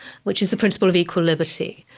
which is the principle of equal liberty.